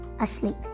asleep